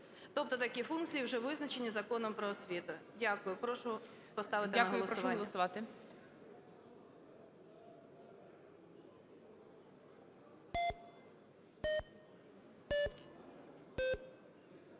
тобто такі функції вже визначені Законом "Про освіту". Дякую. Прошу поставити на голосування.